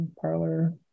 Parlor